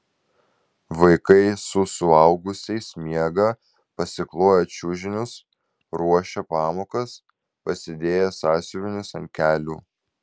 vaikai su suaugusiais miega pasikloję čiužinius ruošia pamokas pasidėję sąsiuvinius ant kelių